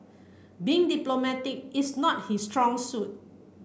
being diplomatic is not his strong suit